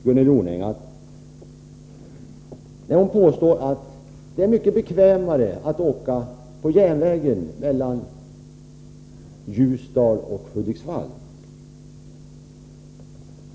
Gunnel Jonäng påstår att det är mycket bekvämare att åka på järnvägen mellan Ljusdal och Hudiksvall.